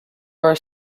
are